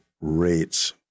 rates